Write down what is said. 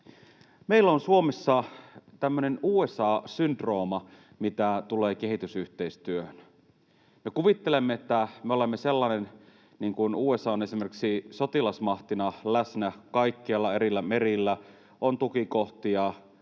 meillä on Suomessa tämmöinen USA-syndrooma, mitä tulee kehitysyhteistyöhön. Me kuvittelemme, että me olemme sellainen kuin USA esimerkiksi on sotilasmahtina: läsnä kaikkialla, eri merillä, on tukikohtia,